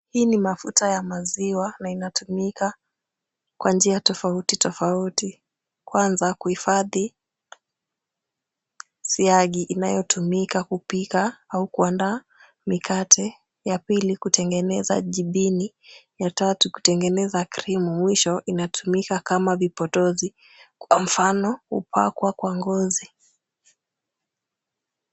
Hii ni mafuta ya maziwa na inatumika kwa njia tofauti tofauti. Kwanza, kuhifadhi siagi inayotumika kupika au kuandaa mikate. Ya pili, kutengeneza jibini. Ya tatu kutengeneza krimu . Mwisho, inatumika kama vipodozi kwa mfano kupakwa kwa ngozi.